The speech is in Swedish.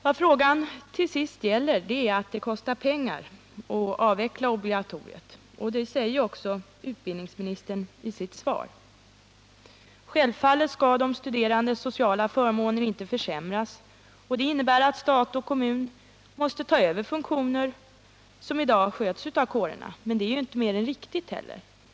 Vad frågan till sist gäller är att det kostar pengar att avveckla obligatoriet. Det säger också utbildningsministern i sitt svar. Självfallet skall de studerandes sociala förmåner inte försämras, och det innebär att stat, kommun och landsting måste ta över funktioner som i dag sköts av kårerna. Men det är ju inte heller mer än riktigt.